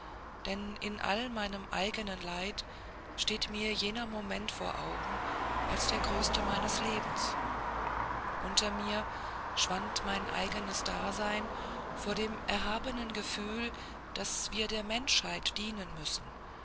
denn in all meinem eignen leid steht mir jener moment vor augen als der größte meines lebens unter mir schwand mein eignes dasein vor dem erhabenen gefühl daß wir der menschheit dienen müssen